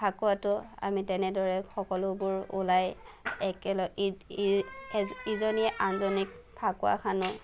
ফাঁকুৱাটো আমি তেনেদৰে সকলোবোৰ ওলাই একেলগে ইজনিয়ে আনজনিক ফাঁকুৱা সানো